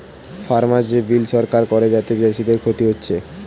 farmer যে bill সরকার করে যাতে চাষীদের ক্ষতি হচ্ছে